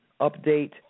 update